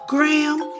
Graham